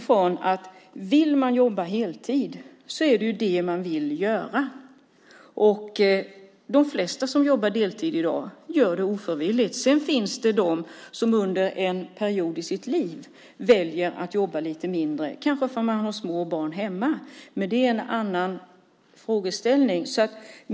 Om man vill jobba heltid vill man ju göra det. De flesta som jobbar deltid i dag gör det ofrivilligt. Det finns de som under en period i sitt liv väljer att jobba lite mindre, kanske för att man har små barn hemma. Men det är en annan frågeställning.